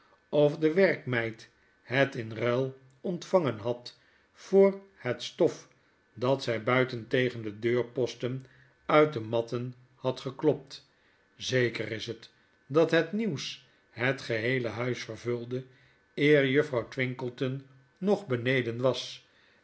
of de werkmeid het in ruil ontvangen had voor het stof dat zy buitentegen de deurposten uit de matten had geklopt zeker is het dat het nieuws het geheele huis vervulde eer juffrouw twinkleton nog beneden was